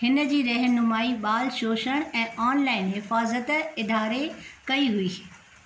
हिन जी रहिनुमाई ॿाल शोषणु ऐं ऑनलाइन हिफ़ाज़त इदारे कई हुई